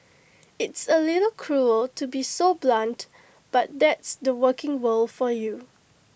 it's A little cruel to be so blunt but that's the working world for you